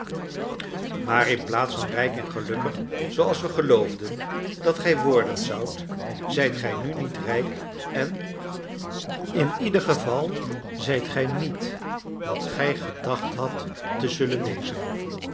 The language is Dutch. maar inplaats van rijk en gelukkig zooals we geloofden dat gij worden zoudt zijt gij nu niet rijk en in ieder geval gij zijt niet wat gij gedacht hadt te zullen wezen